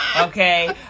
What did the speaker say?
Okay